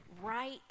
right